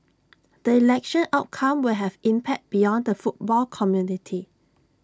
the election outcome will have impact beyond the football community